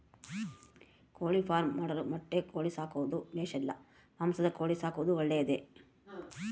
ಕೋಳಿಫಾರ್ಮ್ ಮಾಡಲು ಮೊಟ್ಟೆ ಕೋಳಿ ಸಾಕೋದು ಬೇಷಾ ಇಲ್ಲ ಮಾಂಸದ ಕೋಳಿ ಸಾಕೋದು ಒಳ್ಳೆಯದೇ?